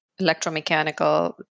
electromechanical